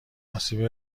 آسیب